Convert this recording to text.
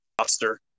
roster